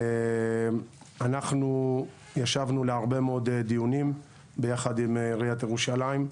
אנחנו ישבנו להרבה מאוד דיונים ביחד עם עיריית ירושלים,